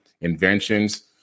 inventions